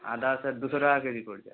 আদা স্যার দুশো টাকা কেজি পড়ছে